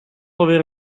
alweer